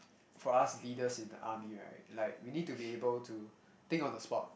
for us leaders in the army right like we need to be able to think on the spot